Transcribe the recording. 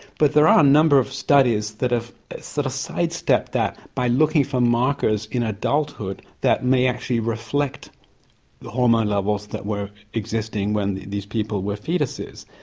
but there are a number of studies that have sort of sidestepped that by looking for markers in adulthood that may actually reflect the hormone levels that were existing when these people were foetuses.